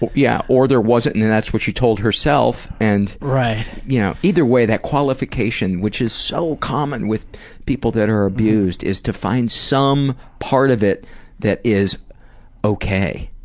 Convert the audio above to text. yeah or there wasn't and that's what she told herself and, you know, either way, that qualification, which is so common with people that are abused, is to find some part of it that is ok.